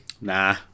Nah